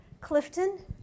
Clifton